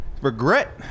Regret